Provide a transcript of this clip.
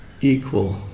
equal